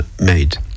made